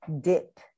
dip